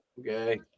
Okay